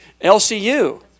LCU